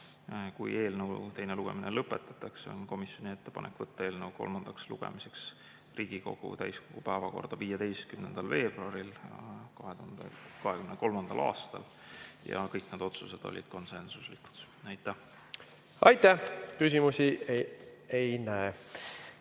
Kui eelnõu teine lugemine lõpetatakse, on komisjoni ettepanek võtta eelnõu kolmandaks lugemiseks Riigikogu täiskogu päevakorda 15. veebruaril 2023. aastal. Kõik need otsused olid konsensuslikud. Aitäh! Aitäh! Küsimusi ei näe.